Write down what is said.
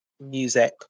music